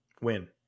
Win